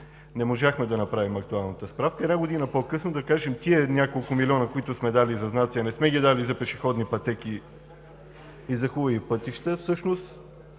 Не можахме да направим актуална справка, та една година по-късно да кажем – тези няколко милиона, които сме дали за знаци, а не за пешеходни пътеки и хубави пътища, всъщност